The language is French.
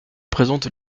présente